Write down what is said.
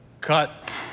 Cut